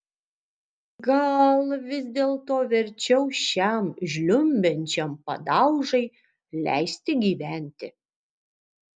gal vis dėlto verčiau šiam žliumbiančiam padaužai leisti gyventi